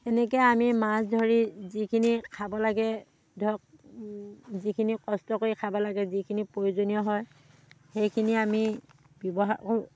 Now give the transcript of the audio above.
সেনেকে আমি মাছ ধৰি যিখিনি খাব লাগে ধৰক যিখিনি কষ্ট কৰি খাব লাগে যিখিনি প্ৰয়োজনীয় হয় সেইখিনি আমি ব্যৱহাৰ কৰোঁ